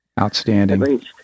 outstanding